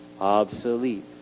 obsolete